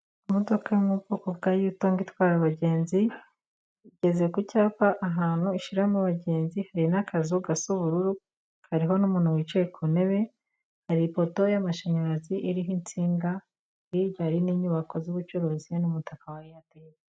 Imodoka yo mu bwo yutongo itwara abagenzi igeze ku cyapa ahantu ishiriramo abagenzi hari n'akazu gasa ubururu, kariho n'umuntu wicaye ku ntebe, hari ipoto y'amashanyarazi iriho insinga, hirya hari n'inyubako z'ubucuruzi n'umutaka wa eyateri.